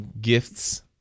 gifts